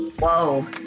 Whoa